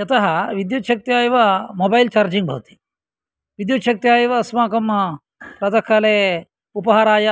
यतः विद्युत्शक्त्या एव मोबैल् चार्जिङ्ग् भवति विद्युत्शक्त्या एव अस्माकं प्रातःकाले उपहाराय